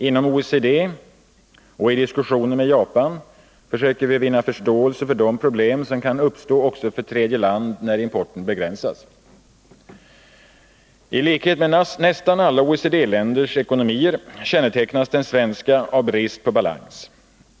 Inom OECD och i diskussioner med Japan försöker vi vinna förståelse för de problem som kan uppstå också för tredje land när importen begränsas. I likhet med nästan alla OECD-länders ekonomier kännetecknas den svenska ekonomin av brist på balans.